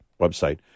website